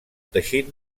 teixit